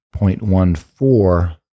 0.14